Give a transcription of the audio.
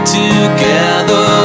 together